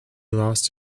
lost